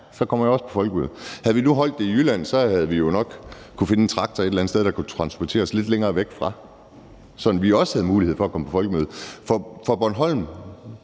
Så kommer jeg også på Folkemødet. Havde vi nu holdt det i Nordjylland, havde vi jo nok kunnet finde en traktor et eller andet sted, der kunne transportere os lidt længere væk derfra, sådan at vi også havde mulighed for at komme på et folkemøde. Bornholms